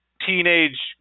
teenage